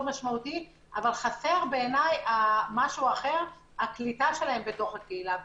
משמעותי אבל חסרה בעיני הקליטה שלהם בתוך הקהילה.